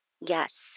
Yes